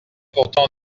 pourtant